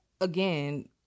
again